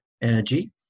energy